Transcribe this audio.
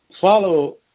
follow